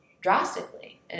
drastically